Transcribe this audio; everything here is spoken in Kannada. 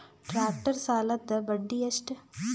ಟ್ಟ್ರ್ಯಾಕ್ಟರ್ ಸಾಲದ್ದ ಬಡ್ಡಿ ಎಷ್ಟ?